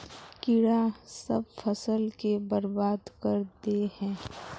कीड़ा सब फ़सल के बर्बाद कर दे है?